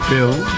Bill